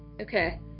okay